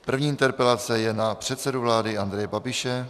První interpelace je na předsedu vlády Andreje Babiše.